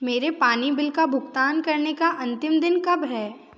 मेरे पानी बिल का भुगतान करने का अंतिम दिन कब है